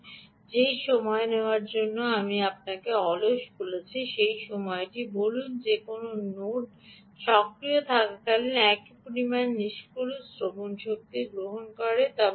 আসুন যে সময় নেওয়ার সময় বা আপনি উভয়কেই অলস করছেন সেই সময়টি বলুন যে কোনও নোড সক্রিয় থাকাকালীন একই পরিমাণে নিষ্কলুষ শ্রবণশক্তি গ্রহণ করে